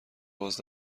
باز